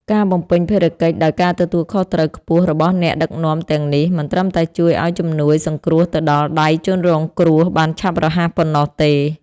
ការបំពេញភារកិច្ចដោយការទទួលខុសត្រូវខ្ពស់របស់អ្នកដឹកនាំទាំងនេះ មិនត្រឹមតែជួយឱ្យជំនួយសង្គ្រោះទៅដល់ដៃជនរងគ្រោះបានឆាប់រហ័សប៉ុណ្ណោះទេ។